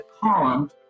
column